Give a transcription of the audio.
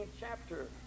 chapter